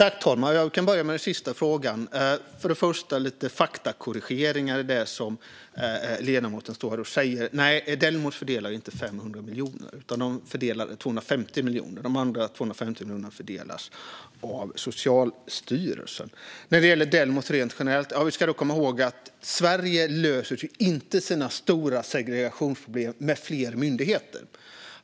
Fru talman! Jag kan börja med den sista frågan. Först lite faktakorrigeringar av det som ledamoten säger. Nej, Delmos fördelar inte 500 miljoner. Man fördelar 250 miljoner. De andra 250 miljonerna fördelas av Socialstyrelsen. När det gäller Delmos rent generellt ska vi komma ihåg att Sverige inte löser sina stora segregationsproblem med fler myndigheter.